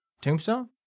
tombstone